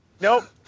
Nope